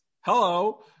Hello